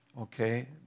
okay